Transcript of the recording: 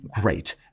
great